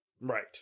Right